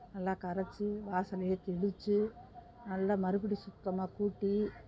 நல்லா கரைத்து வாசல்லேயே தெளித்து நல்லா மறுபடியும் சுத்தமாகக் கூட்டி